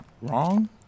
wrong